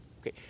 Okay